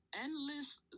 endless